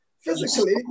physically